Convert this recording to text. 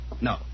No